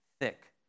thick